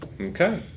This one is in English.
Okay